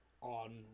on